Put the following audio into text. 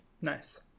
Nice